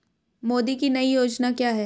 मोदी की नई योजना क्या है?